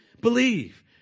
believe